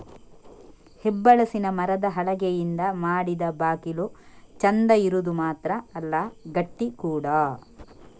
ಹೆಬ್ಬಲಸಿನ ಮರದ ಹಲಗೆಯಿಂದ ಮಾಡಿದ ಬಾಗಿಲು ಚಂದ ಇರುದು ಮಾತ್ರ ಅಲ್ಲ ಗಟ್ಟಿ ಕೂಡಾ